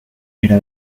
era